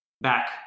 back